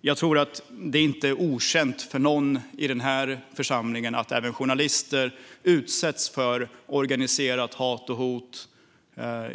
Jag tror inte att det är okänt för någon i den här församlingen att även journalister utsätts för organiserat hat och för hot.